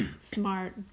Smart